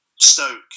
Stoke